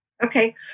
Okay